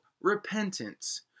repentance